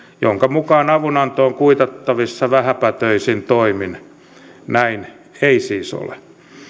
jonka mukaan avunanto on kuitattavissa vähäpätöisin toimin näin ei siis ole